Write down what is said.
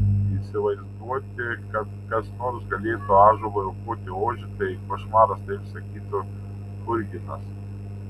įsivaizduoti kad kas nors galėtų ąžuolui aukoti ožį tai košmaras kaip sakytų churginas